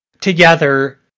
together